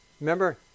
Remember